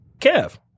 Kev